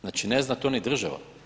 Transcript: Znači ne zna to ni država.